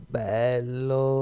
bello